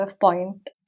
point